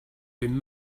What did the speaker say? been